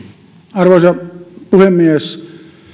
arvoisa puhemies